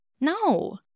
No